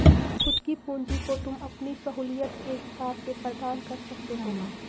खुद की पूंजी को तुम अपनी सहूलियत के हिसाब से प्रदान कर सकते हो